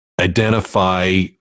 identify